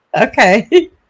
okay